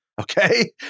okay